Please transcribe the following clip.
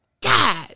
God